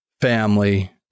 family